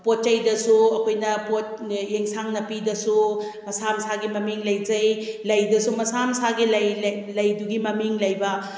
ꯄꯣꯠ ꯆꯩꯗꯁꯨ ꯑꯩꯈꯣꯏꯅ ꯄꯣꯠ ꯌꯦꯡꯁꯥꯡ ꯅꯥꯄꯤꯗꯁꯨ ꯃꯁꯥ ꯃꯁꯥꯒꯤ ꯃꯃꯤꯡ ꯂꯩꯖꯩ ꯂꯩꯗꯁꯨ ꯃꯁꯥ ꯃꯁꯥꯒꯤ ꯂꯩ ꯂꯩ ꯂꯩꯗꯨꯒꯤ ꯃꯃꯤꯡ ꯂꯩꯕ